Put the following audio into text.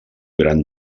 gran